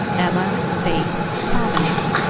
emma faith thomas.